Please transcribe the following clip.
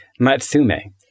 Matsume